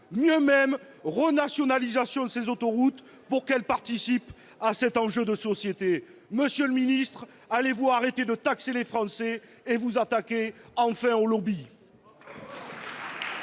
Mieux même : renationalisez ces dernières pour qu'elles contribuent à cet enjeu de société. Monsieur le ministre, allez-vous arrêter de taxer les Français et vous attaquer enfin aux lobbies